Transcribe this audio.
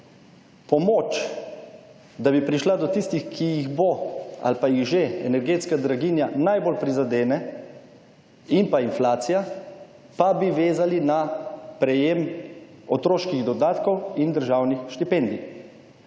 Pomoč da bi prišla do tistih, ki jih bo ali pa jih že energetska draginja najbolj prizadene in pa inflacija pa bi vezali na prejem otroških dodatkov in državnih štipendij.